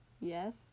Yes